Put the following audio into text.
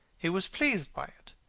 he was pleased by it.